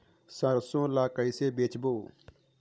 सरसो ला कइसे बेचबो?